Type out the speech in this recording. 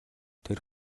тэр